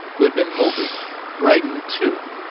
who had been moping, brightened too.